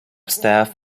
staff